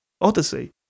Odyssey